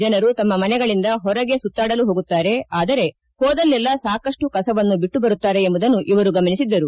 ಜನರು ತಮ್ಮ ಮನೆಗಳಿಂದ ಹೊರಗೆ ಸುತ್ತಾದಲು ಹೋಗುತ್ತಾರೆ ಆದರೆ ಹೋದಲ್ಲೆಲ್ಲ ಸಾಕಷ್ಟು ಕಸವನ್ನು ಬಿಟ್ಟು ಬರುತ್ತಾರೆ ಎಂಬುದನ್ನು ಇವರು ಗಮನಿಸಿದ್ದರು